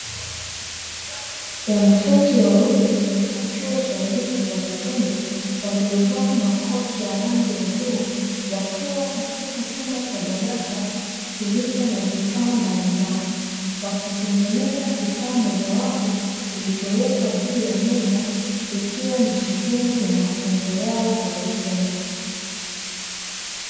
Wanafunzi wawili wa chuo cha elimu kwa vitendo. Waliovaa makoti ya rangi ya bluu wakiwa katika chumba cha darasa kilicho na vifaa mbalimbali wakitengeneza kifaa moja wapo kilichowekwa juu ya meza ikiwa ni sehemu ya mafunzo yao kwa vitendo.